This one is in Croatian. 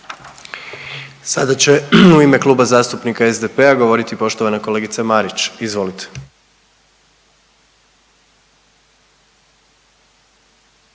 Sada će u ime Kluba zastupnika SDP-a govorit poštovani zastupnik Arsen Bauk. Izvolite.